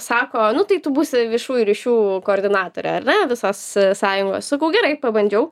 sako nu tai tu būsi viešųjų ryšių koordinatore ar ne visos sąjungos sakau gerai pabandžiau